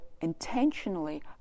intentionally